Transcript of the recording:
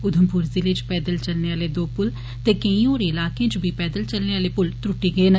उधमपुर जिले च पैदल चलने आले दो पुल ते केई होर इलाके च बी पैदल चलने आले पुल त्रुट्टी गे न